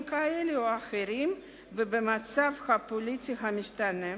כאלה או אחרים ובמצב הפוליטי המשתנה.